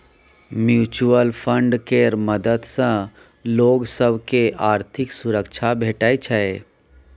mutual fund केर मदद सँ लोक सब केँ आर्थिक सुरक्षा भेटै छै